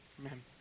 amen